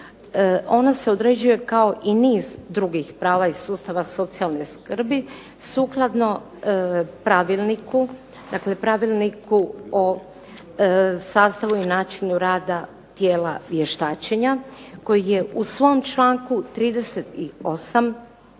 Ona se određuje kao i niz drugih prava iz sustava socijalne skrbi sukladno Pravilniku o sastavu i načinu rada tijela vještačenja koji je u svom članku 38.